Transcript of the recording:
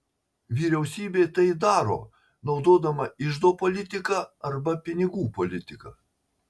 vyriausybė tai daro naudodama iždo politiką arba pinigų politiką